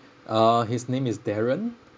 uh his name is darren